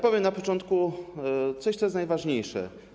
Powiem na początku coś, co jest najważniejsze.